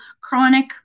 chronic